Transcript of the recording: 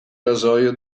rasoio